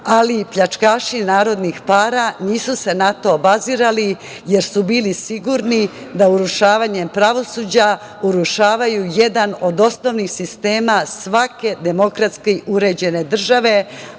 ali pljačkaši narodnih para nisu se na to obazirali, jer su bili sigurni da urušavanjem pravosuđa urušavaju jedan od osnovnih sistema svake demokratski uređene države,